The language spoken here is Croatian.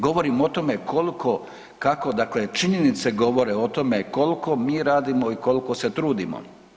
Govorim o tome koliko, kako dakle činjenice govore o tome koliko mi radimo i koliko se trudimo.